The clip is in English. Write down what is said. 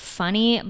funny